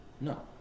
No